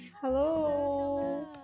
Hello